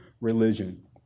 religion